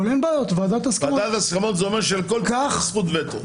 ועדת הסכמות זה אומר שלכל קול יש זכות וטו.